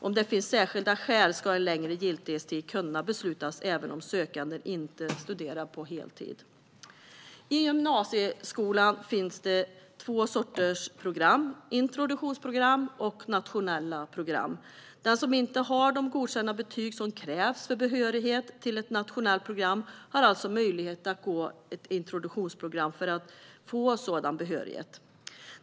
Om det finns särskilda skäl ska en längre giltighetstid kunna beslutas även om sökanden inte studerar på heltid. I gymnasieskolan finns det två sorters program, introduktionsprogram och nationella program. Den som inte har de godkända betyg som krävs för behörighet till ett nationellt program har alltså möjlighet att gå ett introduktionsprogram för att få sådan behörighet.